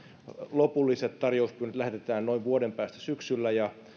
lopulliset tarjouspyynnöt lähetetään noin vuoden päästä syksyllä ja